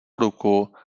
ruku